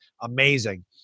Amazing